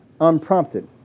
unprompted